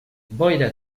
boira